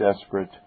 desperate